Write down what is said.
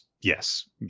yes